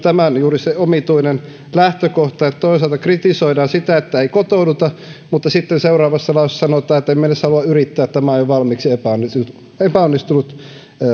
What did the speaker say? tämä on juuri se omituinen lähtökohta että toisaalta kritisoidaan sitä että ei kotouduta mutta sitten seuraavassa lauseessa sanotaan että emme halua edes yrittää tämä on jo valmiiksi epäonnistunut